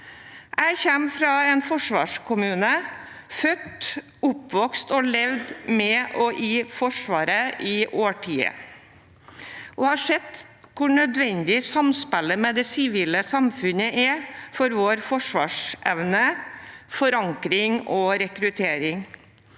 Jeg kommer fra en forsvarskommune, er født og oppvokst i Forsvaret og har levd med og i Forsvaret i årtier. Jeg har sett hvor nødvendig samspillet med det sivile samfunnet er, for vår forsvarsevne og for forankring og rekruttering.